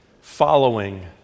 following